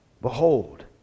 Behold